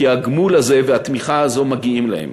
כי הגמול הזה והתמיכה הזאת מגיעים להם.